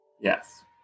Yes